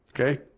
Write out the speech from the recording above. Okay